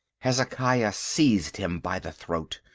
hezekiah seized him by the throat.